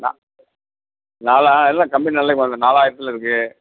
நா நாலாக இல்லை கம்பெனி நல்லா கம்பெனி தான் நாலாயிரத்தில் இருக்கு